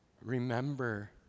Remember